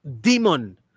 demon